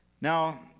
Now